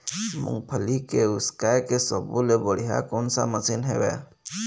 मूंगफली के उसकाय के सब्बो ले बढ़िया कोन सा मशीन हेवय?